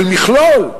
של מכלול,